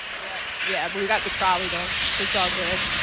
yeah yeah, but we got the trolley, though, so it's all good.